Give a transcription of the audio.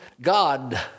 God